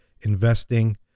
investing